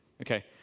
okay